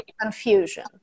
confusion